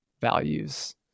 values